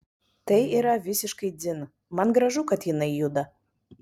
tai yra visiškai dzin man gražu kad jinai juda